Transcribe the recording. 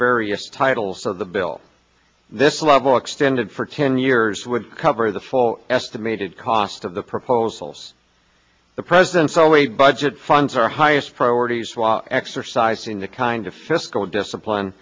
various titles for the bill this level extended for ten years would cover the full estimated cost of the proposals the president so we budget funds our highest priorities was exercising the kind of fiscal discipline